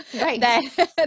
Right